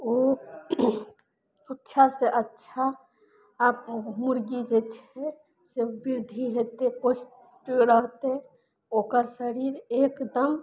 ओ अच्छासँ अच्छा मुर्गी जे छै से वृद्धि हेतय पुष्ट रहतइ ओकर शरीर एकदम